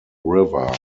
river